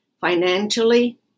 financially